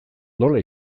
nola